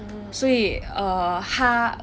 所以 err 他